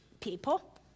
People